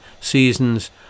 seasons